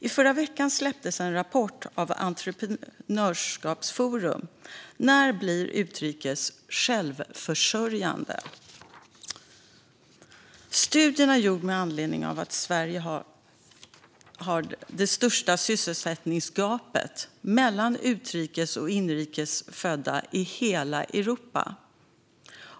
I förra veckan släpptes en rapport av Entreprenörskapsforum som heter När blir utrikes födda självförsörjande? Studien är gjord med anledning av att Sverige har det största sysselsättningsgapet mellan utrikes och inrikes födda i hela Europa.